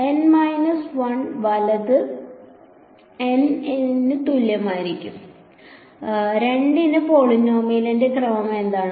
N minus 1 വലത് N ന് തുല്യമായ 2 ന് പോളിനോമിയലിന്റെ ക്രമം എന്താണ്